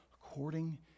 according